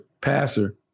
passer